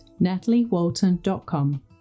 nataliewalton.com